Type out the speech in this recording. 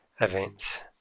events